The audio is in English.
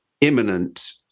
imminent